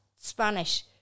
Spanish